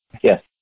yes